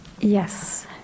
Yes